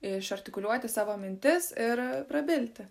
išartikuliuoti savo mintis ir prabilti